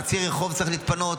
חצי רחוב צריך להתפנות,